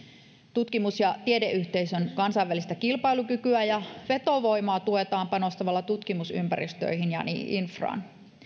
tutkimus ja tiedeyhteisön kansainvälistä kilpailukykyä ja vetovoimaa tuetaan panostamalla tutkimusympäristöihin ja infraan